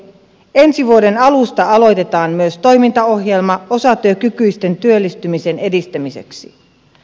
ensi vuoden alusta aloitetaan myös toimintaohjelma osatyökykyisten työllistymisen edistämiseksi